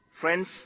Friends